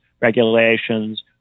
regulations